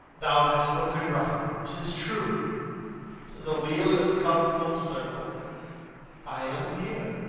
thou hast spoken right tis true the wheel is come full circle i am here.